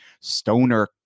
stoner